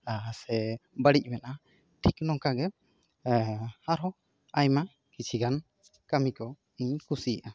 ᱥᱮ ᱵᱟᱹᱲᱤᱡ ᱢᱮᱱᱟᱜᱼᱟ ᱴᱷᱤᱠ ᱱᱚᱝᱠᱟ ᱜᱮ ᱟᱨ ᱦᱚᱸ ᱟᱭᱢᱟ ᱠᱤᱪᱷᱩ ᱜᱟᱱ ᱠᱟᱹᱢᱤ ᱠᱚ ᱤᱧ ᱠᱩᱥᱤᱭᱟᱜᱼᱟ